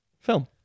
Film